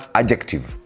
adjective